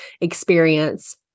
experience